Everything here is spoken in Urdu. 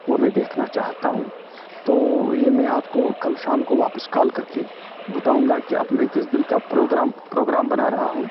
وہ میں دیکھنا چاہتا ہوں تو یہ میں آپ کو کل شام کو واپس کال کر کے بتاؤں گا کہ اب میں کس دن کا پروگرام پروگرام بنا رہا ہوں